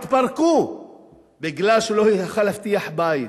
התפרקו בגלל שהוא לא יכול היה להבטיח בית,